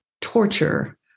torture